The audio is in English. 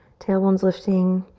tailbone's lifting.